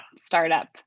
startup